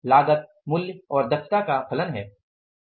लागत मूल्य और दक्षता का फलन है